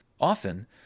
Often